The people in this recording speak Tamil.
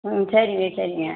ம் சரிங்க சரிங்க